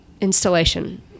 installation